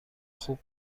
خوب